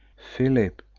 philip,